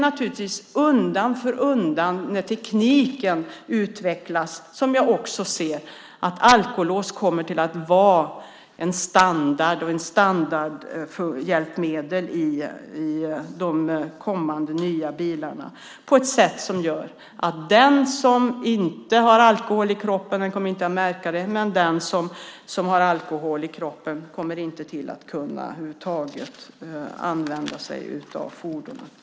När tekniken utvecklas ser också jag att alkolås kommer att vara en standard och ett standardhjälpmedel i kommande nya bilar. Den som inte har alkohol i kroppen kommer inte att märka alkolåset, men den som har alkohol i kroppen kommer inte att kunna använda fordonet.